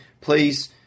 please